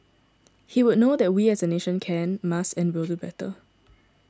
he would know that we as a nation can must and will do better